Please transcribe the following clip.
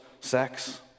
sex